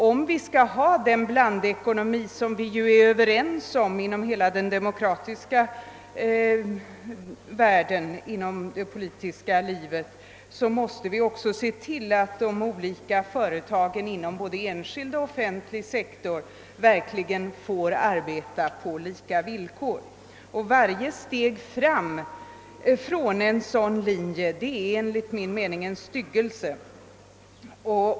Om vi skall ha den blandekonomi, som vi är överens om inom det politiska livet inom hela den demokratiska världen, måste vi också se till att de olika företagen inom såväl den enskilda som den offentliga sektorn verkligen kan arbeta på lika villkor. Varje avsteg från en sådan linje är enligt min mening en styggelse.